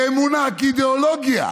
כאמונה, כאידיאולוגיה